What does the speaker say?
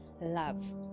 love